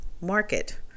market